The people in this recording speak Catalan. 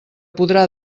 podrà